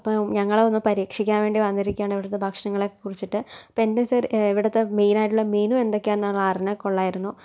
അപ്പോൾ ഞങ്ങളൊന്നു പരീക്ഷിക്കാൻ വേണ്ടി വന്നിരിക്കുവാണ് ഇവിടെത്തെ ഭക്ഷണങ്ങളെ കുറിച്ചിട്ട് ഇപ്പോൾ എന്താ സർ ഇവിടെത്തെ മെയിനായിട്ടുള്ള മെനു എന്തൊക്കെയാന്നുള്ള അറിഞ്ഞാൽ കൊള്ളായിരുന്നു